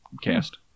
cast